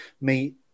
meet